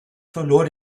verlor